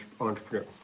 entrepreneur